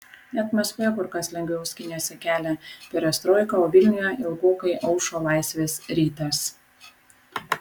net maskvoje kur kas lengviau skynėsi kelią perestroika o vilniuje ilgokai aušo laisvės rytas